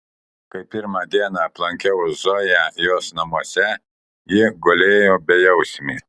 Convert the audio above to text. kai pirmą dieną aplankiau zoją jos namuose ji gulėjo bejausmė